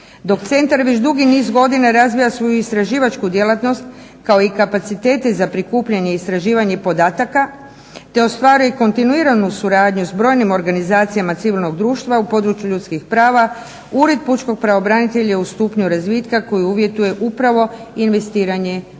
Dok centar već dugi niz godina razvija svoju istraživačku djelatnost kao i kapacitete za prikupljanje i istraživanje podataka, te ostvaruje konstinuiranu suradnju sa brojnim organizacijama civilnog društva u području ljudskih prava Ured pučkog pravobranitelja je u stupnju razvitka koji uvjetuje upravo investiranje u